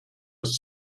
was